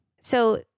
So-